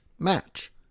match